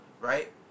right